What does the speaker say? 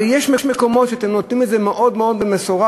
הרי יש מקומות שאתם נותנים את זה מאוד מאוד במשורה,